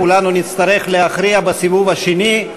כולנו נצטרך להכריע בסיבוב השני.